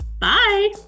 Bye